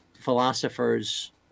philosophers